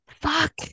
Fuck